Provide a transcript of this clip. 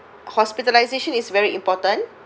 hospitalisation is very important